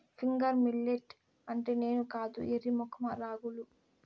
finger millet అంటే నేను కాదు ఎర్రి మొఖమా రాగులు